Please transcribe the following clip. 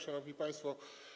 Szanowni Państwo!